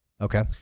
Okay